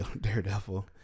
daredevil